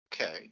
Okay